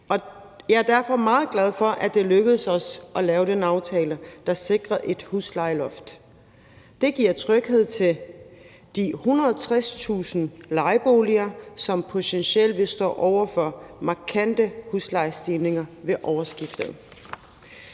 jeg er derfor meget glad for, at det lykkedes os at lave den aftale, der sikrer et huslejeloft. Det giver tryghed til de 160.000 lejeboliger, hvor man potentielt ville stå over for markante huslejestigninger ved årsskiftet.